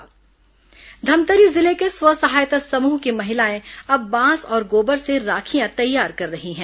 बांस राखियां धमतरी जिले के स्व सहायता समूह की महिलाएं अब बांस और गोबर से राखियां तैयार कर रही हैं